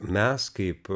mes kaip